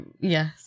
Yes